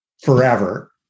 forever